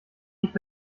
nicht